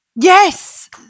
Yes